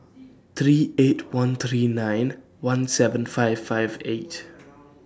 three eight one three nine one seven five five eight